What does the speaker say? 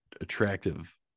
attractive